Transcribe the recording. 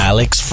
Alex